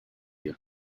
you